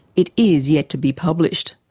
it is yet to be published.